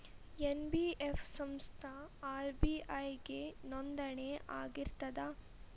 NBF ಸಂಸ್ಥಾ RBI ಗೆ ನೋಂದಣಿ ಆಗಿರ್ತದಾ?